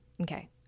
Okay